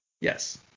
Yes